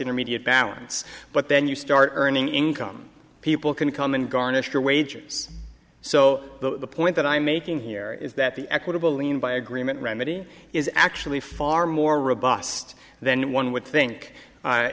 intermediate balance but then you start earning income people can come and garnish your wages so the point that i'm making here is that the equitable lean by agreement remedy is actually far more robust than one would think